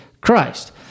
Christ